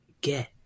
get